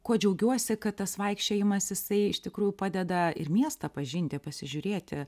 kuo džiaugiuosi kad tas vaikščiojimas jisai iš tikrųjų padeda ir miestą pažinti pasižiūrėti